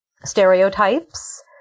stereotypes